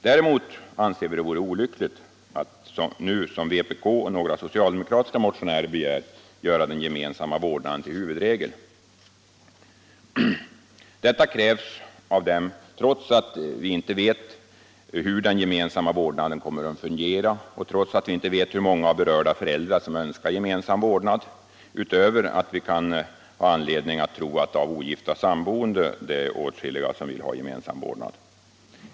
Däremot anser vi att det vore olyckligt att nu, som vpk och några socialdemokratiska mo tionärer begär, göra den gemensamma vårdnaden till huvudregel. Detta kräver de trots att vi inte vet hur den gemensamma vårdnaden kommer att fungera och trots att vi inte vet hur många av berörda föräldrar som önskar gemensam vårdnad — utöver att vi kan ha anledning att tro att åtskilliga ogifta sammanboende vill ha gemensam vårdnad.